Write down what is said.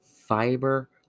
fiber